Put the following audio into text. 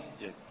Yes